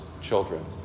children